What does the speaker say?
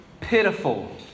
pitiful